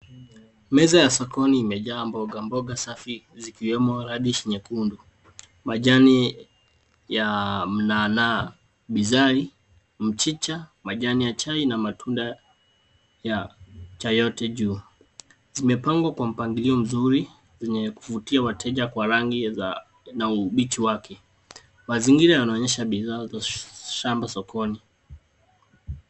Meza ya sokoni imejaa mboga. Mboga safi zikiwemo radish nyekundu. Majani ya mnana, bizai, mchicha, majani ya chai na matunda ya chai yote juu. Zimepangwa kwa mpangilio mzuri zenye kuvutia wateja kwa rangi za na ubichi wake. Mazingira yanaonyesha bidhaa za shamba sokoni.